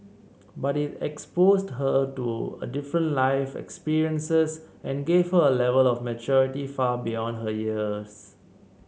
but it exposed her to different life experiences and gave her A Level of maturity far beyond her years